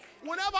Whenever